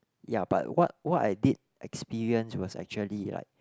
ya but what what I did experience was actually like